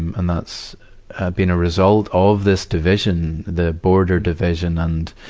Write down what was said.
and and that's been a result of this division, the border division and,